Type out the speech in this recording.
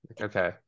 okay